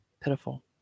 pitiful